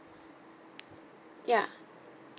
ya